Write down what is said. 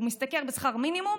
הוא משתכר שכר מינימום.